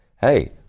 Hey